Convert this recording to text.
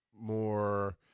more